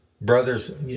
Brothers